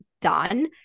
done